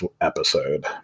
episode